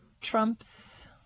Trump's